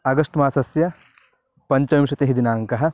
August मासस्य पञ्चविंशतिः दिनाङ्कः